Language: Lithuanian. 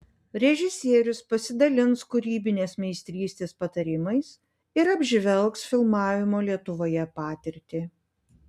režisierius pasidalins kūrybinės meistrystės patarimais ir apžvelgs filmavimo lietuvoje patirtį